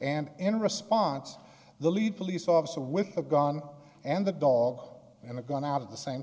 and in response the lead police officer with the gun and the dog and the gun out of the same